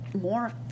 more